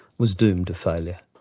was doomed to failure.